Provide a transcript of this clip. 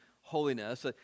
holiness